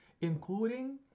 including